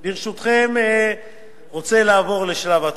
ברשותכם אני רוצה לעבור לשלב התודות.